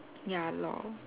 ya lor